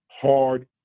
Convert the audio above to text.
hard